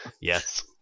Yes